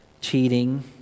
cheating